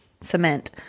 cement